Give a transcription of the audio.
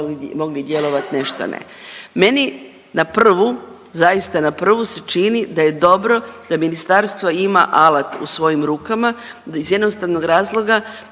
ste mogli djelovati, u nešto ne. Meni na prvu, zaista na prvu se čini da je dobro da ministarstvo ima alat u svojim rukama iz jednostavnog razloga